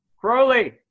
Crowley